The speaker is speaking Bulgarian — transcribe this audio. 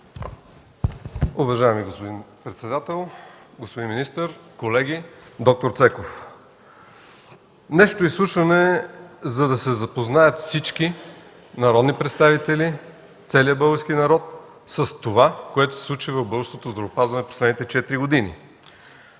Уважаеми господин председател, господин министър, колеги, д-р Цеков! Днешното изслушване е, за да се запознаят всички народни представители, целият български народ с това, което се случи в българското здравеопазване през последните 4 години.